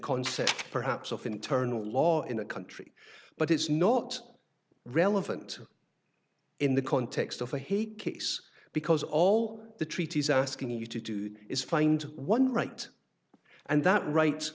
concept perhaps of internal law in a country but it's not relevant in the context of the hague case because all the treaties are asking you to do is find one right and that ri